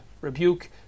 rebuke